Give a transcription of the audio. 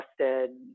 trusted